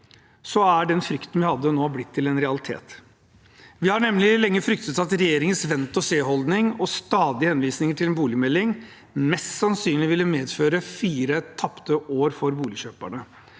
år etter at man fikk en ny regjering. Vi har nemlig lenge fryktet at regjeringens vente-ogse-holdning og stadige henvisninger til en boligmelding mest sannsynlig ville medføre fire tapte år for boligkjøperne.